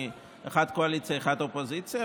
אחת קואליציה ואחת אופוזיציה,